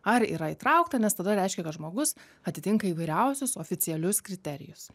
ar yra įtraukta nes tada reiškia kad žmogus atitinka įvairiausius oficialius kriterijus